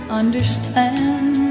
understand